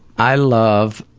i love,